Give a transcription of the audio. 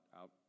out